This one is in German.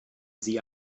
sie